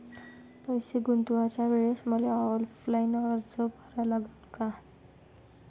पैसे गुंतवाच्या वेळेसं मले ऑफलाईन अर्ज भरा लागन का?